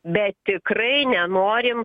bet tikrai nenorim